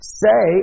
say